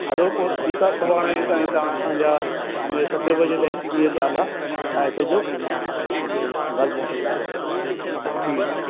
हलो पोइ ठीकु आहे सुभाणे ताईं तव्हां असांजा शाम जो सतें बजे ताईं टीह प्याला ठाहे छॾिजो त मां मूंखे घर मोकिलिजो ठीकु